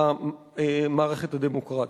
המערכת הדמוקרטית.